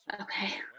Okay